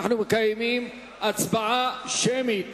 אנחנו מקיימים הצבעה שמית